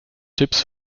tipps